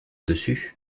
dessus